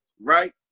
right